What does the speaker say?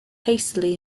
hastily